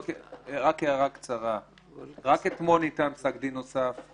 כן יכול לומר שמבחינתנו לא מקובל שהבנקים,